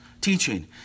teaching